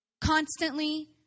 Constantly